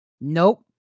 Nope